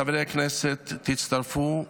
חברי הכנסת, תצטרפו.